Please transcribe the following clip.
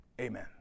amen